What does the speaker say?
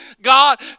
God